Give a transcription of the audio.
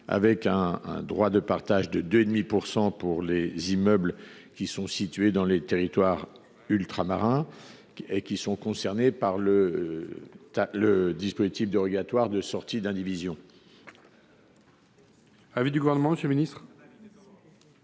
du droit de partage de 2,5 % pour les immeubles situés dans les territoires ultramarins concernés par le dispositif dérogatoire de sortie de l’indivision.